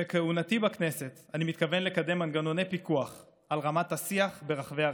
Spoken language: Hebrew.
בכהונתי בכנסת אני מתכוון לקדם מנגנוני פיקוח על רמת השיח במרחבי הרשת.